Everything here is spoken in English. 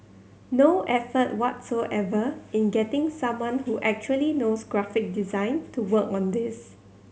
no effort whatsoever in getting someone who actually knows graphic design to work on this